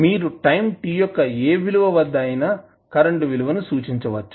మీరు time t యొక్క ఏ విలువ వద్ద అయినా కరెంటు విలువ ని సూచించవచ్చు